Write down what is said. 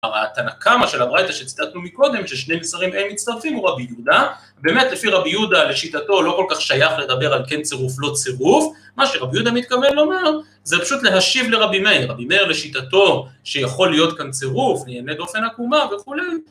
התנא קמא של הברייתא שציטטנו מקודם ששני נסרים אין מצטרפים הוא רבי יהודה, באמת לפי רבי יהודה לשיטתו לא כל כך שייך לדבר על כן צירוף לא צירוף, מה שרבי יהודה מתכוון לומר זה פשוט להשיב לרבי מאיר, רבי מאיר לשיטתו שיכול להיות כאן צירוף לעניני דופן עקומה וכולי